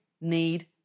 need